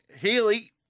Healy